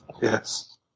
Yes